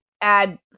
add